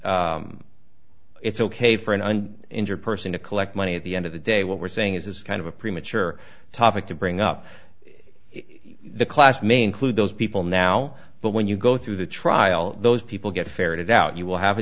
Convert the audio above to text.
it's ok for an injured person to collect money at the end of the day what we're saying is it's kind of a premature topic to bring up the class may include those people now but when you go through the trial those people get ferreted out you will have a